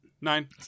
Nine